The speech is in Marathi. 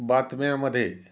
बातम्यामध्ये